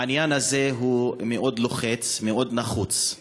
העניין הזה הוא מאוד לוחץ, מאוד נחוץ.